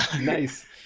Nice